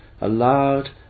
aloud